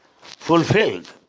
fulfilled